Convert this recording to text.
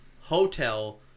hotel